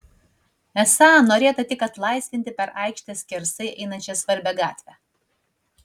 esą norėta tik atlaisvinti per aikštę skersai einančią svarbią gatvę